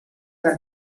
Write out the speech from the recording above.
les